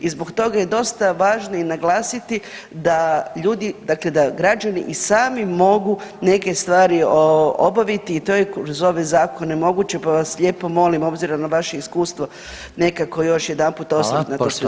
I zbog toga je važno i naglasiti da ljudi dakle da građani i sami mogu neke stvari obaviti i to je kroz ove zakone moguće, pa vas lijepo molim obzirom na vaše iskustvo nekako još jedanput osvrt na to sve zajedno.